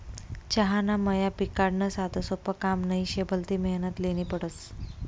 चहाना मया पिकाडनं साधंसोपं काम नही शे, भलती मेहनत ल्हेनी पडस